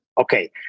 okay